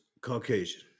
Caucasian